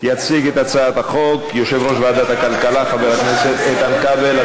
יציג את הצעת החוק יושב-ראש ועדת הכלכלה חבר הכנסת איתן כבל.